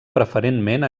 preferentment